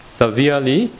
severely